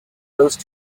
those